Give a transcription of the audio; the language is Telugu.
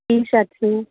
టీషర్ట్లు